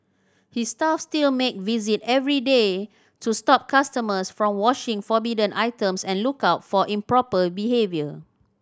his staff still make visit every day to stop customers from washing forbidden items and look out for improper behaviour